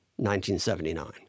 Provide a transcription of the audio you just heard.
1979